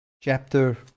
chapter